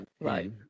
right